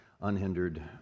unhindered